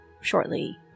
shortly